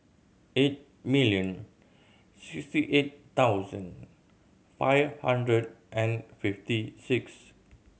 eight million sixty eight thousand five hundred and fifty six